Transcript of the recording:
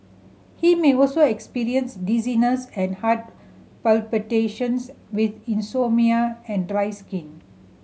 he may also experience dizziness and heart palpitations with insomnia and dry skin